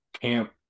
camp